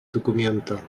документа